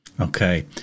Okay